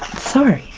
sorry!